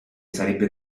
sarebbe